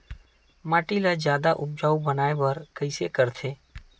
माटी ला जादा उपजाऊ बनाय बर कइसे करथे?